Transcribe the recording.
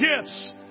gifts